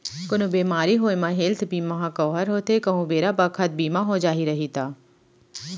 कोनो बेमारी होये म हेल्थ बीमा ह कव्हर होथे कहूं बेरा बखत बीमा हो जाही रइही ता